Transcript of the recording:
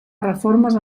reformes